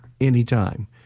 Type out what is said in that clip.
anytime